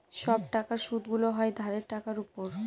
সব টাকার সুদগুলো হয় ধারের টাকার উপর